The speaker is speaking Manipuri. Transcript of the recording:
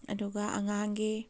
ꯑꯗꯨꯒ ꯑꯉꯥꯡꯒꯤ